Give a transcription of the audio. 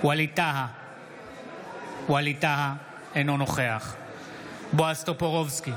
ווליד טאהא, אינו נוכח בועז טופורובסקי,